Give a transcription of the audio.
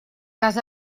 cas